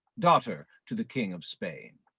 daughter to the king of spain.